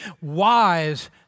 wise